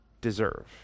deserve